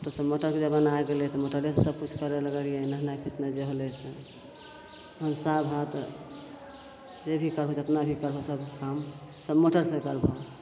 आब तऽ सभ मोटरके जमाना आबि गेलै तऽ मोटरेसँ सभकिछु करै लगलिए नहेनाइ खिचनाइ जे होलै से भनसाभात जे भी करबहो जतना भी करबहो सभ हमसभ मोटरसे ही करबहो